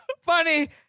funny